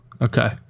okay